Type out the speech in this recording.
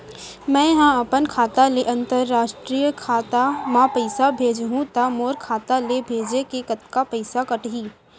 मै ह अपन खाता ले, अंतरराष्ट्रीय खाता मा पइसा भेजहु त मोर खाता ले, भेजे के कतका पइसा कटही?